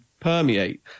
permeate